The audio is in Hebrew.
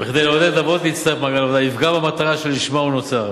כדי לעודד אבות להצטרף למעגל העבודה יפגע במטרה שלשמה הוא נוצר,